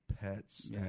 pets